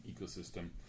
ecosystem